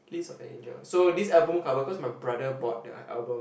Lips-of-an-Angel so this album cover cause my brother bought the album